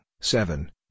seven